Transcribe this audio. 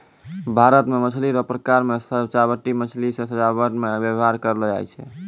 भारत मे मछली रो प्रकार मे सजाबटी मछली जे सजाबट मे व्यवहार करलो जाय छै